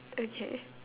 okay